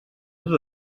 tot